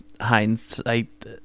hindsight